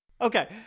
okay